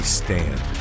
stand